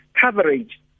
coverage